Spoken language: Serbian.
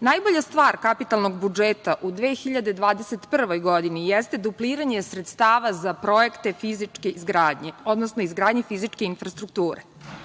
Najbolja stvar kapitalnog budžeta u 2021. godine jeste da duplirane sredstava za projekte fizičke izgradnje, odnosno izgradnje fizičke infrastrukture.